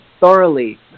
thoroughly